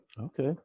okay